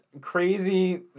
crazy